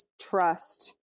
trust